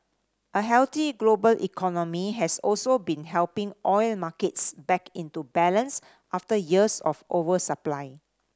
a healthy global economy has also been helping oil markets back into balance after years of oversupply